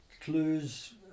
clues